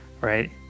right